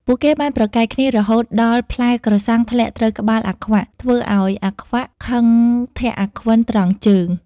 ពួកគេបានប្រកែកគ្នា រហូតដល់ផ្លែក្រសាំងធ្លាក់ត្រូវក្បាលអាខ្វាក់ ធ្វើឱ្យអាខ្វាក់ខឹងធាក់អាខ្វិនត្រង់ជើង ។